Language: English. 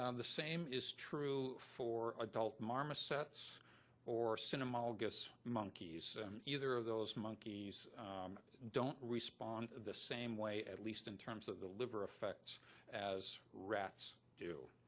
um the same is true for adult marmosets or cynomolgus monkeys either of those monkeys don't respond the same way at least in terms of the liver effects as rats do.